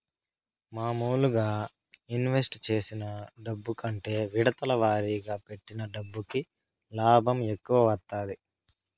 మాములుగా ఇన్వెస్ట్ చేసిన డబ్బు కంటే విడతల వారీగా పెట్టిన డబ్బుకి లాభం ఎక్కువ వత్తాది